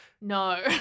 No